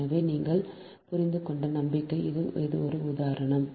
எனவே நீங்கள் புரிந்துகொண்ட நம்பிக்கைக்கு இது ஒரு உதாரணம்